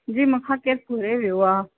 जी मूं खां केर फुरे वियो आहे